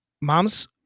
mom's